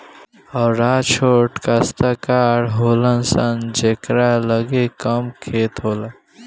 हरवाह छोट कास्तकार होलन सन जेकरा लगे कम खेत होला